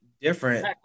different